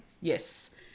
Yes